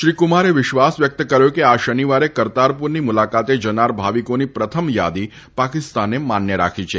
શ્રી કુમારે વિશ્વાસ વ્યક્ત કર્યો છે કે આ શનિવારે કરતારપુરની મુલાકાતે જનાર ભાવિકોની પ્રથમ યાદી પાકિસ્તાને માન્ય રાખી છે